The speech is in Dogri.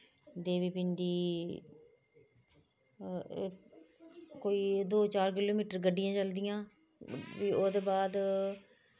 देवी पिण्डी एह् कोई दो चार किलोमिटर गड्डियां चलदियां फ्ही ओह्दे बाद